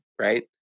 right